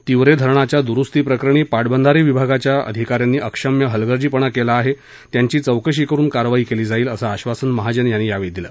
तिवरे धरणाच्या दुरुस्ती प्रकरणी पाटबंधारे विभागाच्या अधिका यांनी अक्षम्य हलगर्जीपणा केला आहे त्यांची चौकशी करुन कारवाई केली जाईल असं आश्वासन महाजन यांनी दिलं